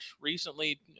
recently